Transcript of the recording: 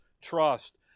trust